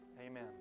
Amen